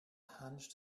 hunched